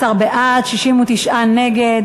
14 בעד, 69 נגד.